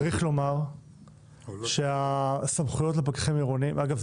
צריך לומר שהסמכויות לפקחים העירוניים אגב,